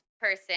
person